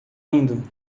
indo